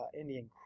Indian